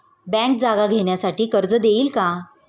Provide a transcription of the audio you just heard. Bank जागा घेण्यासाठी कर्ज देईल का?